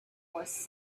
was